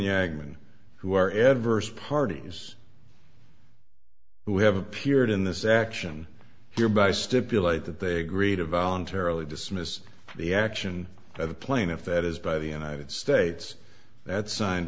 yagami who are adverse parties who have appeared in this action here by stipulate that they agree to voluntarily dismiss the action of the plaintiff that is by the united states that signed